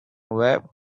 wept